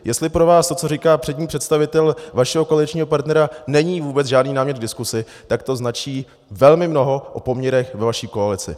Jestli pro vás to, co říká přední představitel vašeho koaličního partnera, není vůbec žádný námět k diskusi, tak to značí velmi mnoho o poměrech ve vaší koalici.